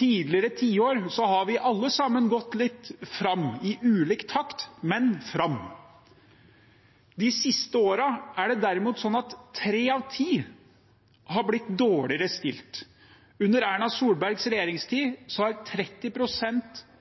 tidligere tiår har vi alle sammen gått litt fram – i ulik takt, men fram. De siste årene er det derimot sånn at tre av ti har blitt dårligere stilt. Under Erna Solbergs regjeringstid